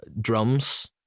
drums